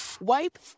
wipe